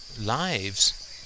lives